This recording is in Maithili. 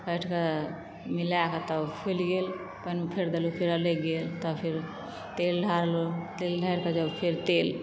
काटि के मिलैके तब फूइल गेल पानि मे फेर देलहुॅं फेर अलैग गेल तऽ फेर तेल ढारलहुॅं तेल ढ़ारि के जब फेर तेल